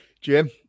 Jim